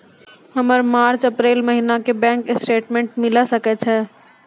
हमर March April महीना के बैंक स्टेटमेंट मिले सकय छै?